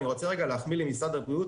אני רוצה להחמיא למשרד הבריאות,